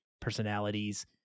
personalities